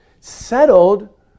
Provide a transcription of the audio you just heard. settled